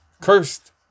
cursed